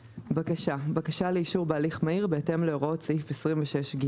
"בקשה" בקשה לאישור בהליך מהיר בהתאם להוראות סעיף 26ג,